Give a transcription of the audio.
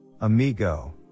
amigo